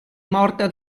morta